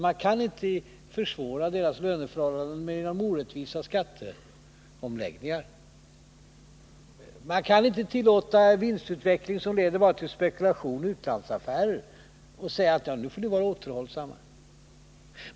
Man kan inte försvåra deras löneförhållanden genom orättvisa skatteomläggningar. Man kan inte tillåta vinstutveckling som bara leder till spekulation och utlandsaffärer och säga: Nu får ni vara återhållsamma.